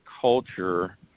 culture